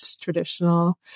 traditional